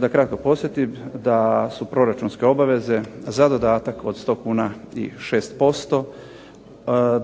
Da kratko podsjetim da su proračunske obaveze za dodatak od 100 kuna i 6%,